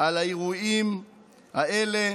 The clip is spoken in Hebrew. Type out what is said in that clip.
על האירועים האלה.